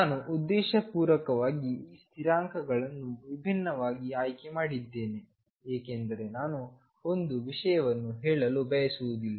ನು ಉದ್ದೇಶಪೂರ್ವಕವಾಗಿ ಈ ಸ್ಥಿರಾಂಕಗಳನ್ನು ವಿಭಿನ್ನವಾಗಿ ಆಯ್ಕೆ ಮಾಡಿದ್ದೇನೆ ಏಕೆಂದರೆ ನಾನು ಒಂದು ವಿಷಯವನ್ನು ಹೇಳಲು ಬಯಸುವುದಿಲ್ಲ